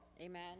Amen